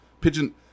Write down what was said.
pigeon